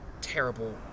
terrible